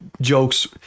jokes